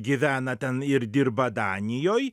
gyvena ten ir dirba danijoj